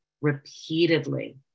repeatedly